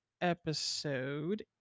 episode